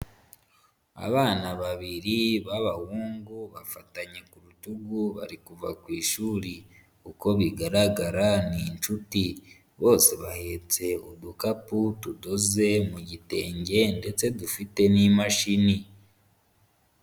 Abana babiri b'abahungu bafatanye ku rutugu bari kuva ku ishuri, uko bigaragara ni inshuti bose bahetse udukapu tudoze mu gitenge ndetse dufite n'imashini.